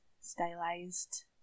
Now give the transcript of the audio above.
stylized